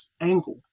angle